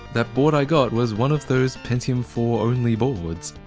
that board i got was one of those pentium four only boards.